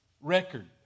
record